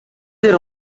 дээр